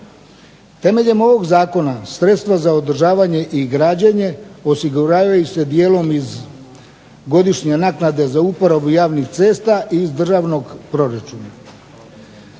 Temeljem ovog zakona sredstva za održavanje i građenje osiguravaju se dijelom iz godišnje naknade za uporabu javnih cesta i iz državnog proračuna.